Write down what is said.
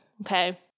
okay